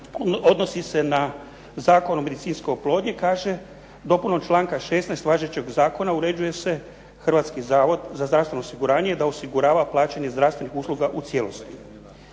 odnosi se na Zakon o medicinskoj oplodnji. Kaže: "Dopunom članka 16. važećeg zakona uređuje se Hrvatski zavod za zdravstveno osiguranje da osigurava plaćanje zdravstvenih usluga u cijelosti.".